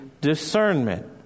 discernment